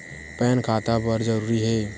Pan खाता बर जरूरी हे?